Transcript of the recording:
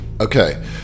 okay